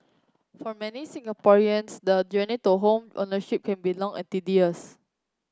for many Singaporeans the journey to home ownership can be long and tedious